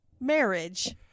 Marriage